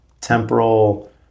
temporal